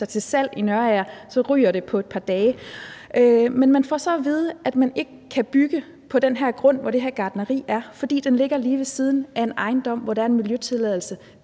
til salg i Nørager, ryger det på et par dage. Man får så at vide, at man ikke kan bygge på den her grund, hvor det her gartneri ligger, fordi det ligger lige ved siden af en ejendom, hvor der er en miljøtilladelse